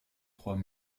trois